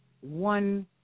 one